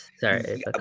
Sorry